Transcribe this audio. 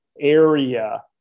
area